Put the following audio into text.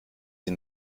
die